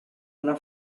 una